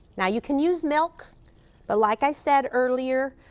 now, you can use milk but like i said earlier,